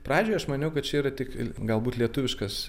pradžioje aš maniau kad čia yra tik galbūt lietuviškas